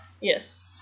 Yes